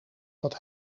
dat